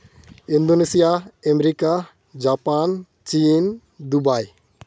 Indonesia America Japan ᱪᱤᱱ Dubai